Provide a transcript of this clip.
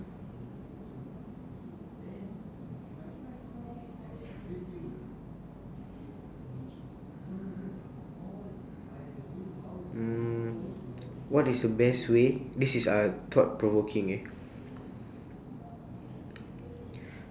mm what is the best way this is uh thought-provoking eh